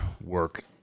work